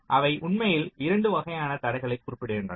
அவை உண்மையில் 2 வகையான தடைகளைக் குறிப்பிடுகின்றன